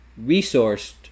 resourced